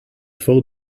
four